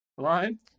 line